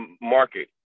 market